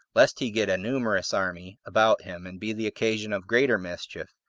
lest he get a numerous army about him, and be the occasion of greater mischief,